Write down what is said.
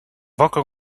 wakker